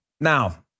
Now